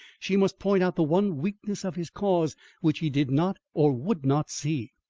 she must point out the one weakness of his cause which he did not or would not see,